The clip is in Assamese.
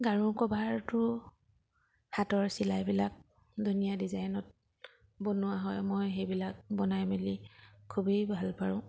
গাৰু কভাৰটো হাতৰ চিলাইবিলাক ধুনীয়া ডিজাইনত বনোৱা হয় মই সেইবিলাক বনাই মেলি খুবেই ভালপাওঁ